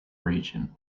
region